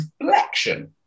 flexion